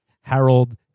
Harold